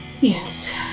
Yes